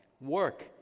work